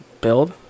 build